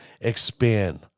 expand